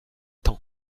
t’en